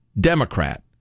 Democrat